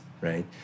right